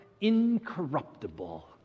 incorruptible